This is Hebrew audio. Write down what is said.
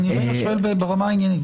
שואל ברמה העניינית.